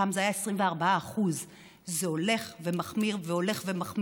פעם זה היה 24%. זה הולך ומחמיר והולך ומחמיר.